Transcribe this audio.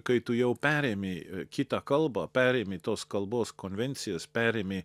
kai tu jau perimi kitą kalbą perimi tos kalbos konvencijas perimi